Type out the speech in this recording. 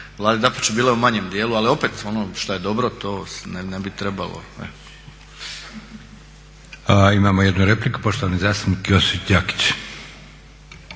vladi, dapače bila je u manjem dijelu. Ali opet onom što je dobro to ne bi trebalo. **Leko, Josip (SDP)** Imamo jednu repliku, poštovani zastupnik Josip Đakić.